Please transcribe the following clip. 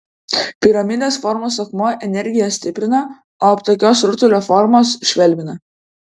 piramidės formos akmuo energiją stiprina o aptakios rutulio formos švelnina